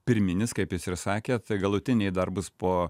pirminis kaip jūs ir sakėt tai galutiniai dar bus po